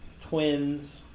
Twins